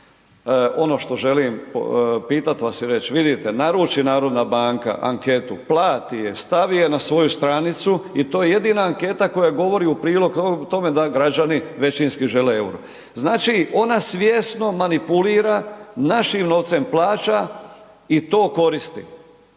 ono što želim pitat vas i reći vidite naruči HNB anketu, plati je, stavi je na svoju stranicu i to je jedina anketa koja govori u prilog tome da građani većinski žele EUR-o. Znači, ona svjesno manipulira našim novcem plaća i to koristi.